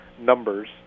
numbers